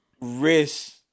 risk